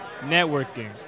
networking